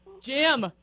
Jim